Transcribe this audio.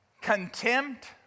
Contempt